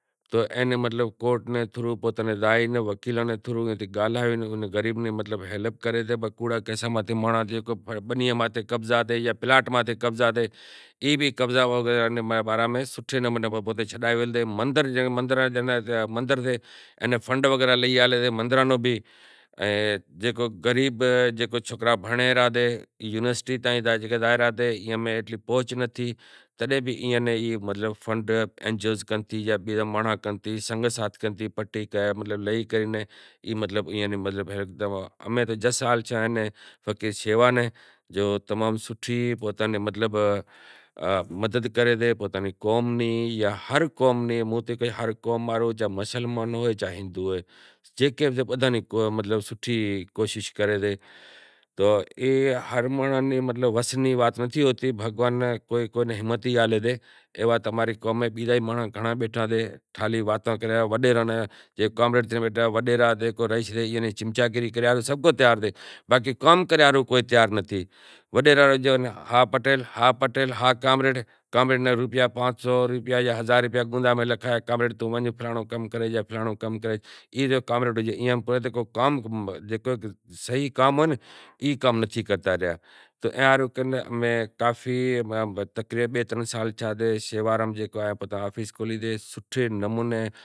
تو اینے کورٹ نے تھرو کے وکیلاں نے تھرو غریباں نی ہیلپ کرشے کوڑاں کیشاں نی بنیے ماتھے قبضا تھے گیا پلاٹ ماتھے قبضا تھے گیا تو سوٹھے نمونے چھڈائے ڈیشے مندر میں فنڈ وغیرہ لئی آوشے، جکو غریب سوکرا بھنڑی ریا یونیورسٹی ماں فوج میں تھی تڈنہں بھی ایئاں نی فنڈ پٹے مطلب لئی کرے مطلب اینی مدد کرے۔ ہر قوم نی مطلب سوٹھی کوشش کرے سے ای ہر مانڑو نے وس ری وات نتھی ہوتی مطلب بھگوان کوئی ہمت آلے سے۔ اماری قوم میں بھی پیشے واڑا بھنڑل لکھیل بیٹھا سیں وڈیراں نی چمچاگیری کریاں ہاروں سبھ کو تیار تھے پر کام کریا ہاروں کوئی تییار نتھی، کامریڈ نو پانس سو یا ہزار روپیا ڈئی کہاشیں توں ونج کامریڈ فلانڑو کم کری اچ تو کام صحیح کام ہوئے تو ای کام نتھی کرتا ریا ایائا ہاروں کرے کافی تقریبن بئے ترن سال تھیا فقیر آفیس کھولی مطلب سوٹھے نمونے